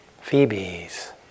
phoebes